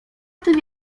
tym